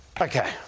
Okay